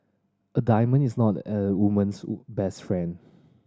a diamond is not a woman's best friend